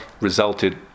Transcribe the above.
resulted